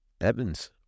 Evans